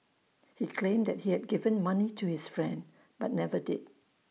he claimed he had given the money to his friend but never did